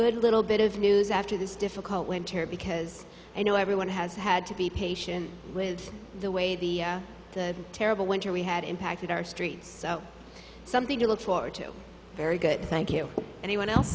good little bit of news after this difficult winter because i know everyone has had to be patient with the way the the terrible winter we had impacted our streets sell something to look forward to very good thank you anyone else